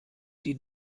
die